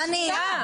סליחה,